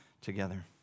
together